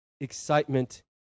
excitement